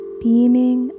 beaming